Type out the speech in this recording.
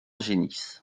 genis